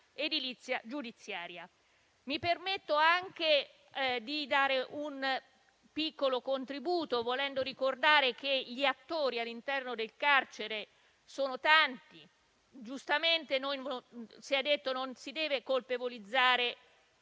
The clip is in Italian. Mi permetto anche di dare un piccolo contributo, volendo ricordare che gli attori all'interno del carcere sono tanti. Giustamente si è detto che non si deve colpevolizzare